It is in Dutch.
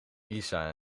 isa